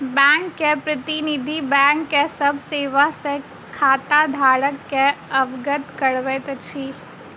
bank के प्रतिनिधि, बैंकक सभ सेवा सॅ खाताधारक के अवगत करबैत अछि